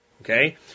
Okay